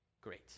great